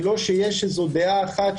זה לא שיש דעה אחת,